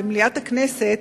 במליאת הכנסת,